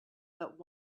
but